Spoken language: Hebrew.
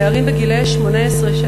נערים גילאי 16 18,